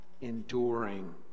enduring